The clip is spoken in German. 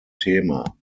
thema